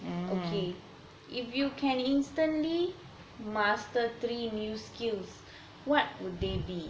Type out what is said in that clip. okay if you can instantly master three new skills what would they be